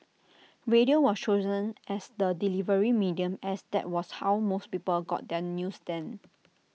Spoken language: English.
radio was chosen as the delivery medium as that was how most people got their news then